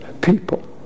people